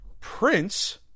Prince